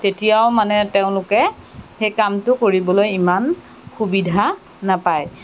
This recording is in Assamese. তেতিয়াও মানে তেওঁলোকে সেই কামটো কৰিবলৈ ইমান সুবিধা নেপায়